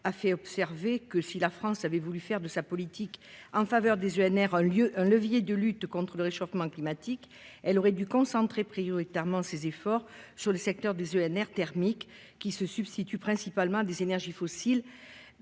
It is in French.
a observé que « si la France avait voulu faire de sa politique en faveur des énergies renouvelables (EnR) un levier de lutte contre le réchauffement climatique, elle aurait dû concentrer prioritairement ses efforts sur le secteur des EnR thermiques qui se substituent principalement à des énergies fossiles